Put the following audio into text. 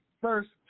First